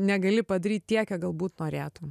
negali padaryt tiek kiek galbūt norėtum